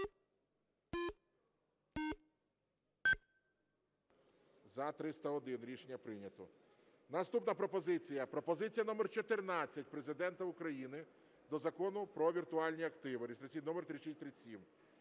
За-301 Рішення прийнято. Наступна пропозиція – пропозиція номер 14 Президента України до Закону "Про віртуальні активи" (реєстраційний номер 3637).